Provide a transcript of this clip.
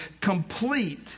complete